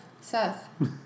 Seth